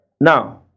Now